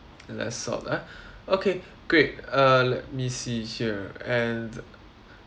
less salt ah okay great uh let me see here and